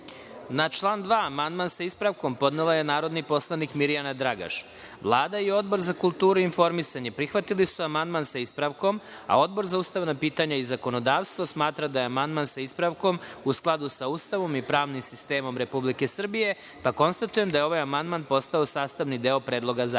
član 2. amandman, sa ispravkom, podnela je narodni poslanik Mirjana Dragaš. Vlada i Odbor za kulturu i informisanje prihvatili su amandman sa ispravkom. Odbor za ustavna pitanja i zakonodavstvo smatra da je amandman, sa ispravkom, u skladu sa Ustavom i pravnim sistemom Republike Srbije. Konstatujem da je ovaj amandman postao sastavni deo Predloga zakona. Reč